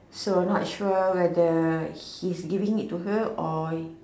so not sure whether he's giving it to her or